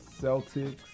Celtics